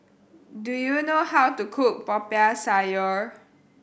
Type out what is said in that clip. do you know how to cook Popiah Sayur